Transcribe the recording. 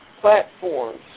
platforms